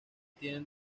tienen